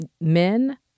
men